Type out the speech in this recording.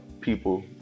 people